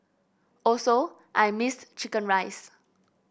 also I missed chicken rice